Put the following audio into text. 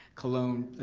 cologne